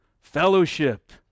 Fellowship